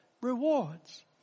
rewards